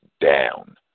down